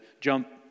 jump